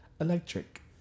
electric